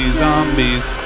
zombies